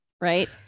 Right